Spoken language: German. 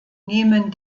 nehmen